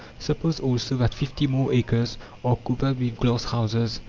suppose also that fifty more acres are covered with glass houses,